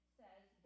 says